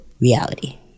reality